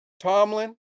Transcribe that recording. Tomlin